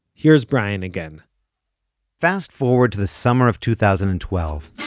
here's brian again fast forward to the summer of two thousand and twelve.